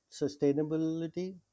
sustainability